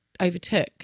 overtook